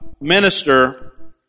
minister